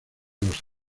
los